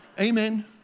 Amen